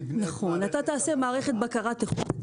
היצרן צריך לבנות מערכת בקרה.